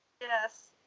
Yes